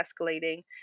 escalating